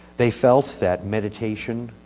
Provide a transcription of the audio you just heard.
they felt that meditation,